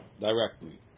directly